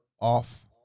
off